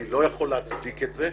אני לא יכול להצדיק את זה,